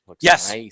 Yes